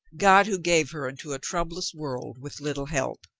god who gave her into a troublous world with little help.